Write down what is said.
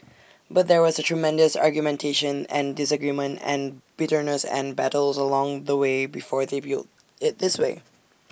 but there was tremendous argumentation and disagreement and bitterness and battles along the way before they built IT this way